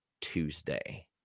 Tuesday